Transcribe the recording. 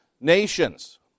nations